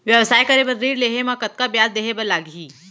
व्यवसाय करे बर ऋण लेहे म कतना ब्याज देहे बर लागही?